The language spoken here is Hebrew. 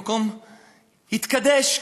המקום התקדש,